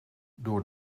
door